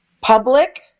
public